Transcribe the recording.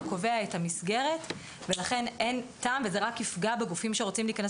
הוא קובע את המסגרת ולכן אין טעם וזה רק יפגע בגופים שרוצים להיכנס